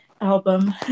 album